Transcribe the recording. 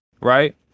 right